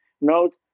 note